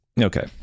Okay